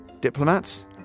Diplomats